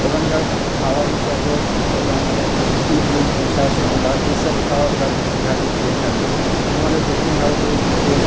ওখানকার খাওয়ার হিসাবে ওখানে ইডলি ধোসা সাম্বার এই সব খাওয়ার ওরা বেশিভাগই খেয়ে থাকে আমাদের দক্ষিণ ভারতের দিকে